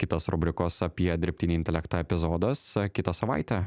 kitas rubrikos apie dirbtinį intelektą epizodas kitą savaitę